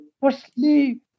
firstly